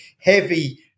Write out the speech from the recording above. heavy